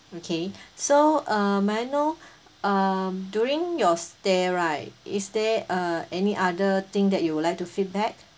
okay so uh may I know um during your stay right is there uh any other thing that you would like to feedback